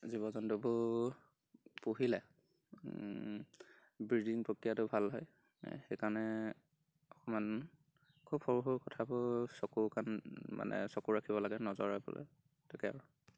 জীৱ জন্তুবোৰ পুহিলে ব্ৰিডিং প্ৰক্ৰিয়াটো ভাল হয় সেইকাৰণে অকমান খুব সৰু সৰু কথাবোৰ চকু কাণ মানে চকু ৰাখিব লাগে নজৰ ৰাখিব লাগে তাকে আৰু